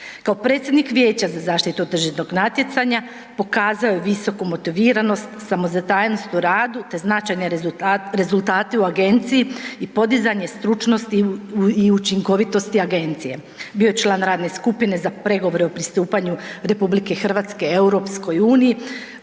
Kao predsjednik Vijeća za zaštitu tržišnog natjecanja, pokazao je visoku motiviranost, samozatajnost u radu te značaje rezultate u agenciji i podizanje stručnosti i učinkovitosti agencije. Bio je član radne skupine za pregovore o pristupanje RH EU-u upravo zadužen